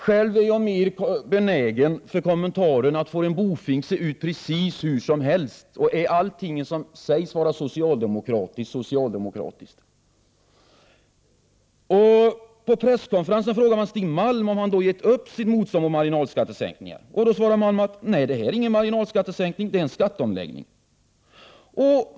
Själv är jag mer benägen för kommentaren: Får en bofink se ut precis hur som helst? Och är allting som sägs vara socialdemokratiskt verkligen socialdemokratiskt? På presskonferensen frågade man Stig Malm om han hade gett upp sitt motstånd mot marginalskattesänkningar. Malm svarade: Det här är ingen marginalskattesänkning, det är en skatteomläggning.